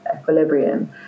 equilibrium